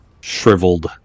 shriveled